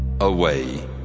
Away